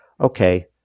okay